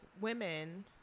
women